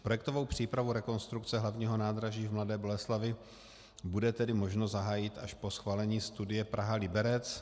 Projektovou přípravu rekonstrukce hlavního nádraží v Mladé Boleslavi bude tedy možno zahájit až po schválení studie Praha Liberec.